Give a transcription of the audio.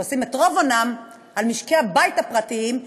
שעושים את רוב הונם ממשקי-הבית הפרטיים,